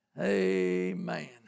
Amen